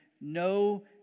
no